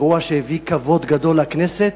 אירוע שהביא כבוד גדול לכנסת.